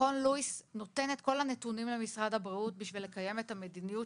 מכון לואיס נותן את כל הנתונים למשרד הבריאות כדי לקיים את המדיניות